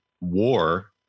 war